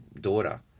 daughter